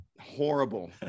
horrible